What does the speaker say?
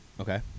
Okay